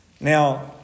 Now